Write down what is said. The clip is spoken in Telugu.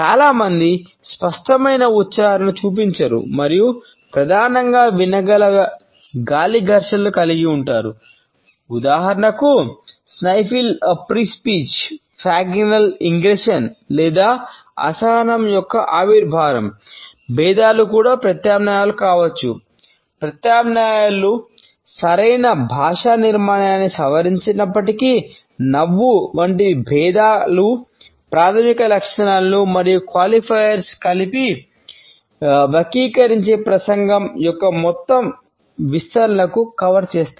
చాలా మంది స్పష్టమైన ఉచ్చారణను చూపించరు మరియు ప్రధానంగా వినగల గాలి ఘర్షణలను కలిగి ఉంటారు ఉదాహరణకు sniffle pre speech pharyngeal ingression చేస్తాయి